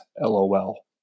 LOL